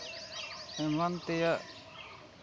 ᱮᱢᱟᱱ ᱛᱮᱭᱟᱜ